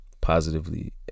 positively